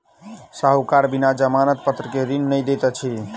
साहूकार बिना जमानत पत्र के ऋण नै दैत अछि